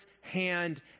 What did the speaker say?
hand